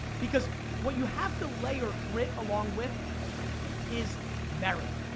because what you have to layer grit along with is merit.